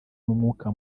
n’umwuka